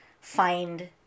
find